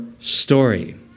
story